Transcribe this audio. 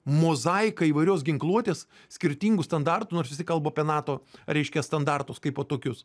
mozaiką įvairios ginkluotės skirtingų standartų nors visi kalba apie nato reiškia standartus kaipo tokius